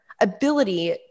ability